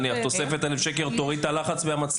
נניח תוספת של 1,000 שקל תוריד את הלחץ מהמצלמות?